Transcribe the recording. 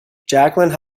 jacqueline